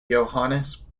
johannes